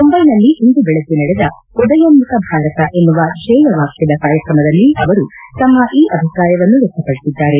ಮುಂಬೈನಲ್ಲಿ ಇಂದು ಬೆಳಗ್ಗೆ ನಡೆದ ಉದಯೋನ್ನುಖ ಭಾರತ ಎನ್ನುವ ಧ್ಲೇಯವಾಕ್ಲದ ಕಾರ್ಯಕ್ರಮದಲ್ಲಿ ಅವರು ತಮ್ಮ ಈ ಅಭಿಪ್ರಾಯವನ್ನು ವ್ಯಕ್ತಪಡಿಸಿದ್ದಾರೆ